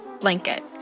blanket